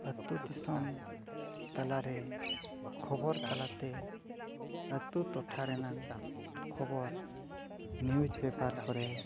ᱟᱛᱳ ᱫᱤᱥᱚᱢ ᱛᱟᱞᱟᱨᱮ ᱠᱷᱚᱵᱚᱨ ᱛᱟᱞᱟᱛᱮ ᱟᱛᱳ ᱴᱚᱴᱷᱟ ᱨᱮᱱᱟᱜ ᱠᱷᱚᱵᱚᱨ ᱠᱚᱨᱮ